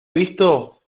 visto